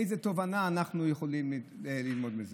איזו תובנה אנחנו יכולים ללמוד מזה.